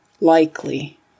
likely